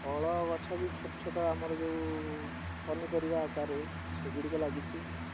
ଫଳ ଗଛ ବି ଛୋଟ ଛୋଟ ଆମର ଯେଉଁ ପନିପରିବା ଆକାରରେ ସେଗୁଡ଼ିକ ଲାଗିଛି